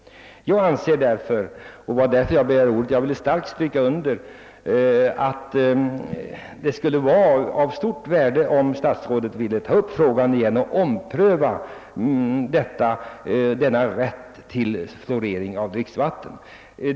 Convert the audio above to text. Jag begärde ordet för att kraftigt understryka att det skulle vara av stort värde, om statsrådet ville ta upp frågan igen och ompröva rätten till fluoridering av dricksvatten.